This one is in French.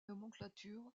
nomenclature